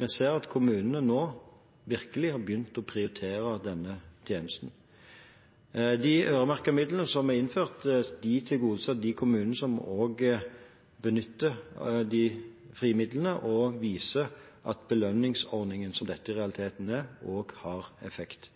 Vi ser at kommunene nå virkelig har begynt å prioritere denne tjenesten. De øremerkede midlene som er innført, tilgodeser de kommunene som også benytter de frie midlene, og viser at belønningsordningen som dette i realiteten er, også har effekt.